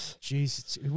Jesus